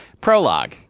Prologue